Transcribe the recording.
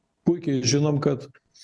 puikiai žinom kad